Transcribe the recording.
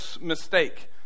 mistake